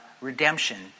redemption